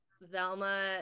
Velma